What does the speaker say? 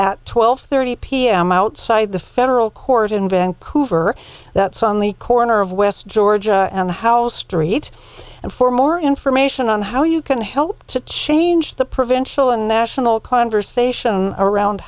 at twelve thirty pm outside the federal court in vancouver that's on the corner of west georgia and house street and for more information on how you can help to change the provincial and national conversation around